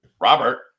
Robert